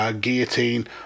guillotine